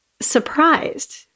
surprised